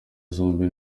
zombi